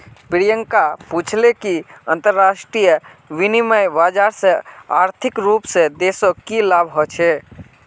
प्रियंका पूछले कि अंतरराष्ट्रीय विनिमय बाजार से आर्थिक रूप से देशक की लाभ ह छे